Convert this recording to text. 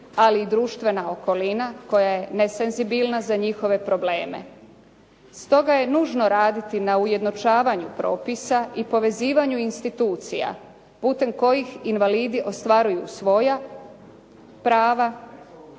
ali i društvena okolina koja je nesenzibilna za njihove probleme. Stoga je nužno raditi na ujednačavanju propisa i povezivanju institucija, putem kojih invalidi ostvaruju svoja prava,